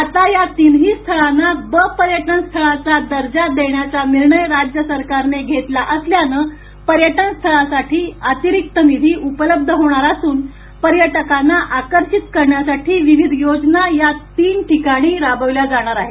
आता या तीनही स्थळांना ब पर्यटन स्थळांचा दर्जा देण्याचा निर्णय राज्य सरकारने घेतला असल्याने पर्यटनस्थळांसाठी अतिरिक्त निधी उपलब्ध होणार असून पर्यटकांना आकर्षित करण्यासाठी विविध योजना या तीन ठिकाणी राबविल्या जाणार आहेत